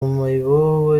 mayibobo